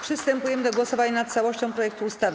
Przystępujemy do głosowania nad całością projektu ustawy.